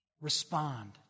respond